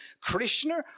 Krishna